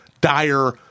dire